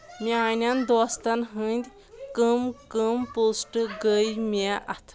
میانٮ۪ن دوستَن ہٕنٛدۍ کٔم کٔم پوسٹ گٔے مےٚ اَتھٕ